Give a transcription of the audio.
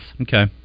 okay